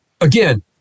again